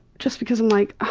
just because i'm like,